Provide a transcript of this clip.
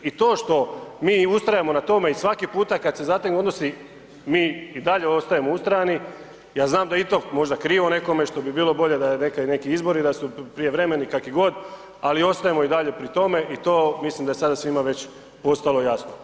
I to što mi ustrajemo na tome i svaki puta kad se zategnu odnosi mi i dalje ostajemo ustrajni, ja znam da je i to možda krivo nekome što bi bilo bolje da neki izbori da su prijevremeni, kakvi god, ali ostajemo i dalje pri tome i to mislim da je sada svima već postalo jasno.